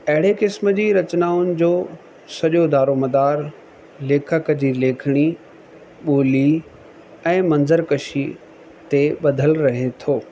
अहिड़े क़िस्म जी रचनाउनि जो सॼो दार मिदार लेखक जी लेखणी ॿोली ऐं मंझर कशी ते ॿधियलु रहे थो